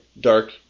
dark